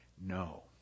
No